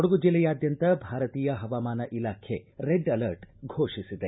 ಕೊಡಗು ಜಿಲ್ಲೆಯಾದ್ದಂತ ಭಾರತೀಯ ಹವಾಮಾನ ಇಲಾಖೆ ರೆಡ್ ಅಲರ್ಟ್ ಘೋಷಿಸಿದೆ